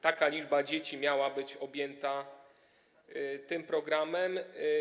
Taka liczba dzieci miała być objęta tym programem.